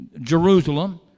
Jerusalem